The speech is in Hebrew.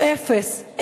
הוא אפס.